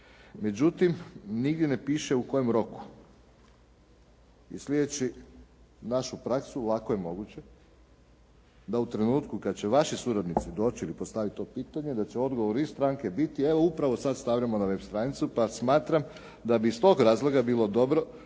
Međutim, nigdje ne piše u kojem roku. I sljedeći našu praksu lako je moguće da u trenutku kad će vaši suradnici doći ili postaviti to pitanje da će odgovor i stranke biti evo upravo sad stavljamo na web stranicu, pa smatram da bi iz tog razloga bilo dobro